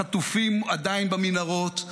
החטופים עדיין במנהרות,